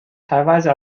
teilweise